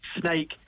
snake